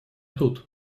тут